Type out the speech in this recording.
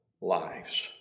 lives